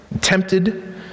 tempted